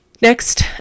Next